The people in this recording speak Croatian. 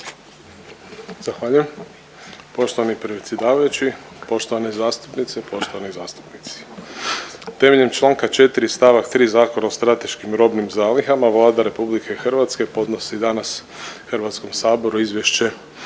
Zahvaljujem. Poštovani predsjedavajući, poštovane zastupnice, poštovani zastupnici, temeljem Članka 4. stavak 3. Zakona o strateškim robnim zalihama Vlada RH podnosi danas Hrvatskom saboru Izvješće